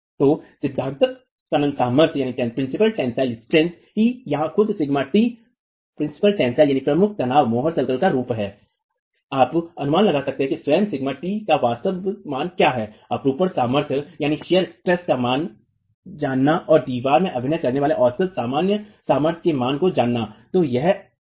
तो सिधान्तिक तनन सामर्थ्य ही यहाँ खुद σ t प्रमुख तनाव मोहर सर्कल का रूप है आप अनुमान लगा सकते हैं कि स्वयं σt का वास्तविक मान क्या है अपरूपण सामर्थ्य का मान जानना और दीवार पर अभिनय करने वाले औसत सामान्य सामर्थ्य के मान को जानना